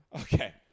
Okay